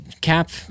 Cap